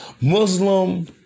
Muslim